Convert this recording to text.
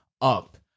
up